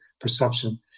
perception